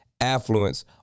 affluence